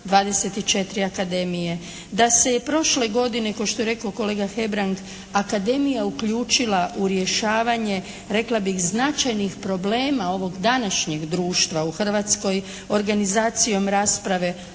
24 akademije, da se je prošle godine kao što je rekao kolega Hebrang akademija uključila u rješavanje rekla bih značajnog problema ovog današnjeg društva u Hrvatskoj, organizacijom rasprave